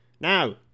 Now